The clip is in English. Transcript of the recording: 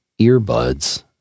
earbuds